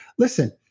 listen,